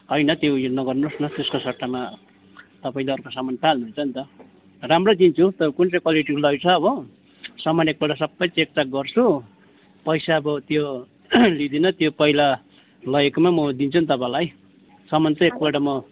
होइन त्यो उयो नगर्नुहोस् न त्यसको सट्टामा तपाईँले अर्को सामान पाइहाल्नु हुन्छ नि त राम्रै दिन्छु तर कुन चाहिँ क्वालिटीको लगेको छ हो सामान एकपल्ट सबै चेकचाक गर्छु पैसा अब त्यो लिँदिन त्यो पहिला लगेकोमै म दिन्छु नि तपाईँलाई सामान चाहिँ एकपल्ट म